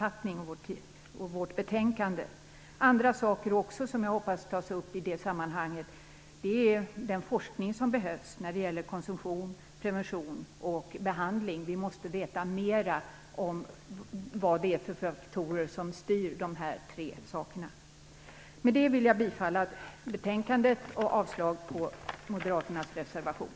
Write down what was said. Andra frågor som jag hoppas också skall tas upp i det sammanhanget är den forskning som behövs angående konsumtion, prevention och behandling. Vi måste lära oss mera om vad det är för faktorer som styr dessa tre saker. Med det anförda yrkar jag bifall till hemställan i betänkandet och avslag på moderaternas reservation.